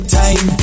time